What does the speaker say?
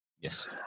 Yes